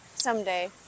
Someday